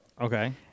Okay